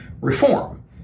reform